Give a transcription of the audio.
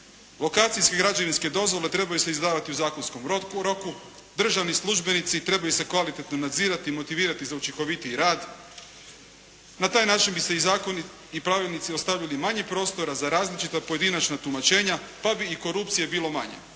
lokacijske i građevinske dozvole trebaju se izdavati u zakonskom roku, državni službenici trebaju se kvalitetno nadzirati i motivirati za učinkovitiji rad. Na taj način bi se i zakoni i pravilnici ostavili manje prostora za različita pojedinačna tumačenja pa bi i korupcije bilo manje.